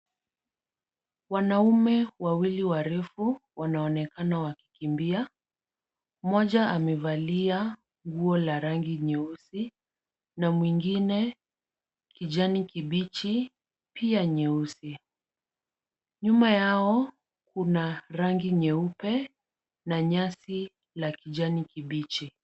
Wanaume wawili warefu wanaonekana wakikimbia. Mmoja amevalia nguo la rangi nyeusi na mwingine kijani kibichi pia nyeusi. Nyuma yao kuna rangi nyeupe na nyasi la kijani kibichi.